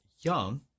young